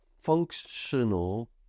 functional